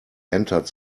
entered